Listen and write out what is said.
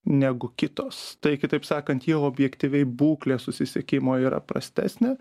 negu kitos tai kitaip sakant jei objektyviai būklė susisiekimo yra prastesnė